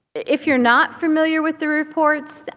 if you're not familiar with the reports,